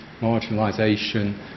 marginalisation